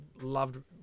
loved